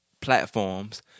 platforms